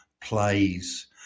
plays